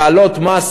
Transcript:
להעלות את